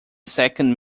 second